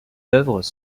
œuvres